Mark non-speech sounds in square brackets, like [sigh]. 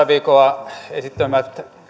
[unintelligible] viikolla esittelemät